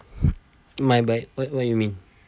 my bike what what you mean